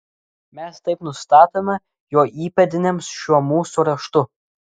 mes taip nustatome jo įpėdiniams šiuo mūsų raštu